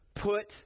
Put